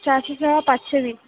चारशे सोळा पाचशे वीस